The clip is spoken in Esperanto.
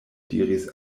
diris